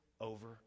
over